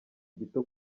gito